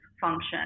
function